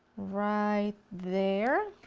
right there.